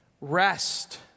Rest